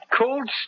cold